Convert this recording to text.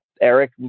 Eric